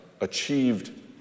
achieved